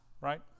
Right